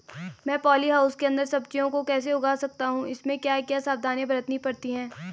मैं poly house के अन्दर सब्जियों को कैसे उगा सकता हूँ इसमें क्या क्या सावधानियाँ बरतनी पड़ती है?